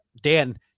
Dan